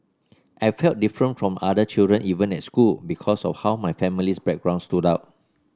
I felt different from other children even at school because of how my family's background stood out